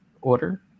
Order